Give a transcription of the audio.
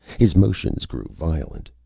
his motions grew violent.